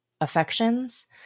affections